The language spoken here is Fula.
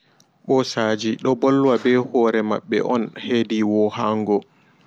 Ɓosaaji ɗo ɓolwa bee hoore maɓɓe on hedi wohaango.